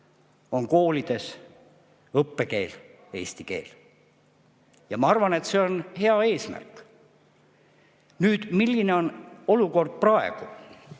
on koolide õppekeel eesti keel. Ma arvan, et see on hea eesmärk. Milline on olukord praegu?